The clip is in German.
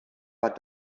war